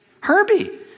Herbie